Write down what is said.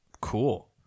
Cool